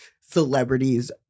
celebrities